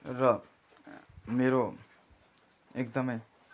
र मेरो एकदमै